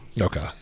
Okay